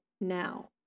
now